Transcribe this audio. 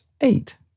eight